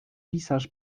pisarz